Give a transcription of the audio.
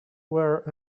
were